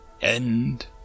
End